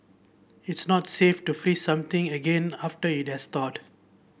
it's not safe to freeze something again after it has thawed